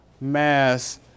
mass